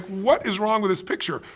what is wrong with this picture?